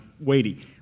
weighty